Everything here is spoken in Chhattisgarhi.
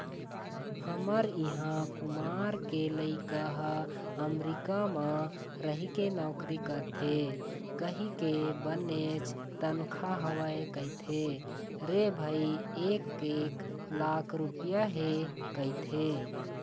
हमर इहाँ कुमार के लइका ह अमरीका म रहिके नौकरी करथे कहिथे बनेच तनखा हवय कहिथे रे भई एक एक लाख रुपइया हे कहिथे